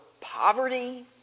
poverty